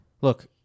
look